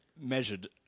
measured